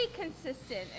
consistent